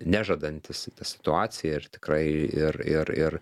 nežadantis į tą situaciją ir tikrai ir ir ir